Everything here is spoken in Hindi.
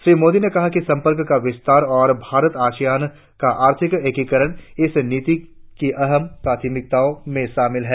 श्री मोदी ने कहा कि संपर्क का विस्तार और भारत आसियान का आर्थिक एकीकरण इस नीति की अहम प्राथमिकताओं में शामिल हैं